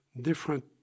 different